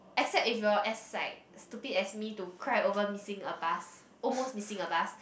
except if you are as like stupid as me to cry over missing a bus almost missing a bus